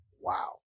Wow